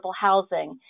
housing